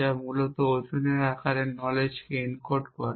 যা মূলত ওজনের আকারে নলেজকে এনকোড করে